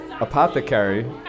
apothecary